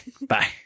Bye